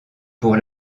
pour